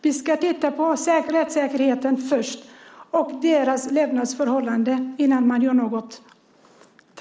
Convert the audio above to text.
Man ska titta på rättssäkerheten först och deras levnadsförhållanden innan man gör något.